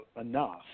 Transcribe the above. enough